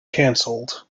canceled